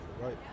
Right